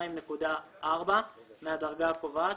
92.4% מהדרגה הקובעת,